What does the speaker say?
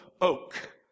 Oak